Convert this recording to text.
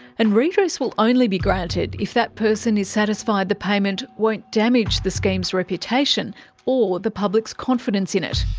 and redress will only be granted if that person is satisfied the payment won't damage the scheme's reputation or the public's confidence in it.